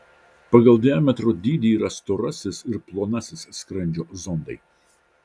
pagal diametro dydį yra storasis ir plonasis skrandžio zondai